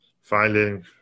finding